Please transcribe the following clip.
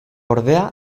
ordea